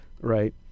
right